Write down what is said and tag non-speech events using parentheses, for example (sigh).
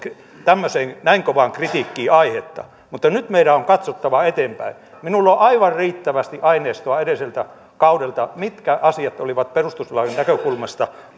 tämmöiseen näin kovaan kritiikkiin aihetta mutta nyt meidän on katsottava eteenpäin minulla on aivan riittävästi aineistoa edelliseltä kaudelta mitkä asiat olivat perustuslain näkökulmasta (unintelligible)